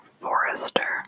Forrester